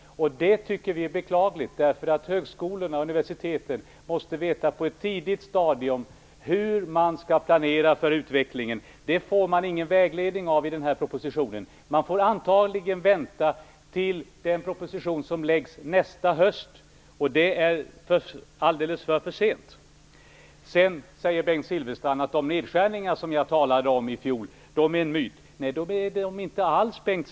Det tycker vi är beklagligt därför att högskolorna och universiteten måste på ett tidigt stadium veta hur man skall planera för utvecklingen. Det får man ingen vägledning för i propositionen. Man får antagligen vänta tills en proposition läggs fram nästa höst, och det är alldeles för sent. Bengt Silfverstrand säger att de nedskärningar som jag talade om är en myt. Det är de inte alls.